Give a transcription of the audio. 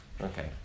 Okay